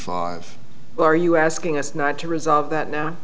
five are you asking us not to resolve that now